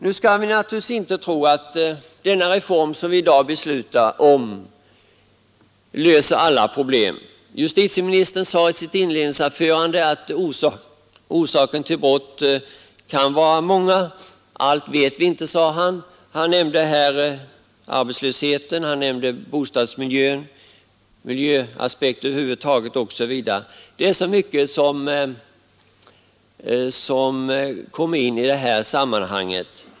Nu skall vi naturligtvis inte tro att lagens reformering löser alla problem. Justitieministern sade i sitt inledningsanförande att orsakerna till brott kan vara många. Allt vet vi inte, sade han, men han nämnde arbetslösheten, bostadsmiljön och miljöaspekter över huvud taget osv. Det är så mycket som kommer in i det här sammanhanget.